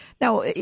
Now